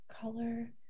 color